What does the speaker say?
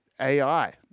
AI